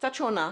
קצת שונה.